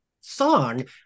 song